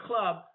club